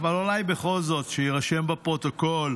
אבל אולי בכל זאת, שיירשם בפרוטוקול.